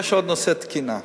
יש עוד נושא, תקינה.